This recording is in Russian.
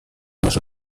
наше